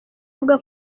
avuga